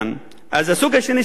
אז הסוג השני של היישובים,